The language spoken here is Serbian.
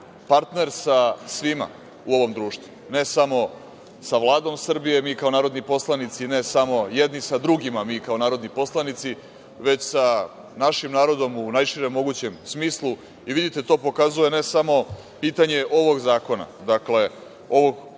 partner sa svima u ovom društvu, ne samo sa Vladom Srbije, mi kao narodni poslanici, ne samo jedni sa drugima mi kao narodni poslanici, već sa našim narodom u najširem mogućem smislu. Vidite, to pokazuje ne samo pitanje ovog zakona, ovog